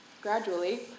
Gradually